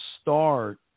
start